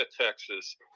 Texas